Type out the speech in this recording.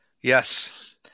Yes